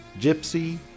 Gypsy